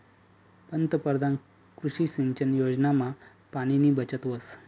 पंतपरधान कृषी सिंचन योजनामा पाणीनी बचत व्हस